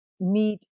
meet